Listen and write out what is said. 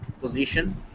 position